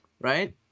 right